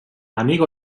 amigo